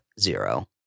Zero